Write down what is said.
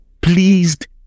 pleased